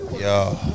Yo